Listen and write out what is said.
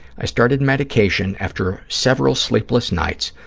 i started medication after several sleepless nights,